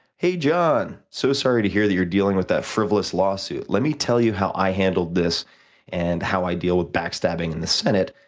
hey john, so sorry hear that you're dealing with that frivolous lawsuit. let me tell you how i handled this and how i deal with backstabbing in the senate,